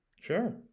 Sure